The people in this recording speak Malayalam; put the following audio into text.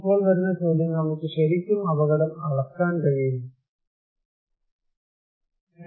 ഇപ്പോൾ വരുന്ന ചോദ്യം നമുക്ക് ശരിക്കും അപകടം അളക്കാൻ കഴിയുമോ